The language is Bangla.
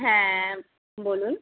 হ্যাঁ বলুন